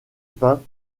peints